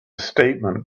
statement